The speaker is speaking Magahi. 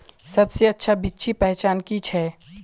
सबसे अच्छा बिच्ची पहचान की छे?